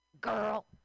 Girl